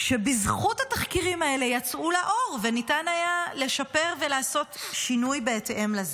שבזכות התחקירים האלה יצאו לאור וניתן היה לשפר ולעשות שינוי בהתאם לזה.